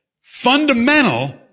fundamental